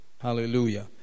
Hallelujah